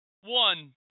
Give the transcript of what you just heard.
one